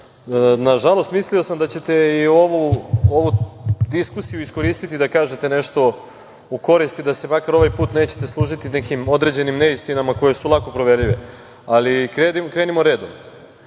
mislio sam da ćete ovu diskusiju iskoristiti da kažete nešto u korist i da se makar ovaj put nećete služiti nekim određenim neistinama, koje su lako proverljive. Ali, krenimo redom.